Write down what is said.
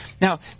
Now